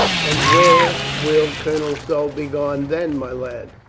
and where will colonel stow be gone then, my lad?